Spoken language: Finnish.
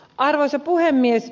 arvoisa puhemies